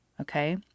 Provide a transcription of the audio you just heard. Okay